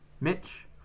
Mitch